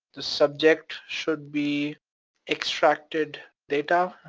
the subject should be extracted data.